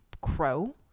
crow